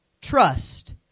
trust